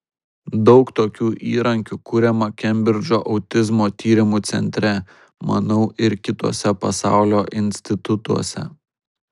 daug tokių įrankių kuriama kembridžo autizmo tyrimų centre manau ir kituose pasaulio institutuose